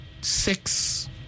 six